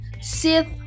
Sith